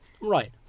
Right